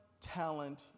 talent